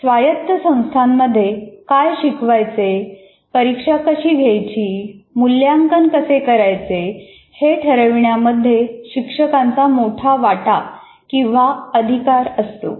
स्वायत्त संस्थांमध्ये काय शिकवायचे परीक्षा कशी घ्यायची मूल्यांकन कसे करायचे हे ठरविण्यामध्ये शिक्षकाचा मोठा वाटा किंवा अधिकार असतो